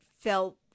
felt